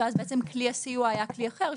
ואז כלי הסיוע היה כלי אחר,